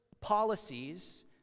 policies